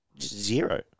zero